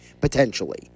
potentially